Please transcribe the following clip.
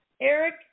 Eric